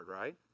right